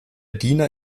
diener